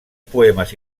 poemes